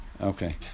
Okay